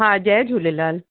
हा जय झूलेलाल